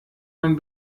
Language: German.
man